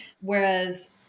whereas